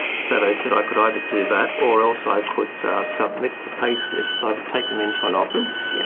said i said i could either do that or else i could submit the payslips, either take them into an office, yeah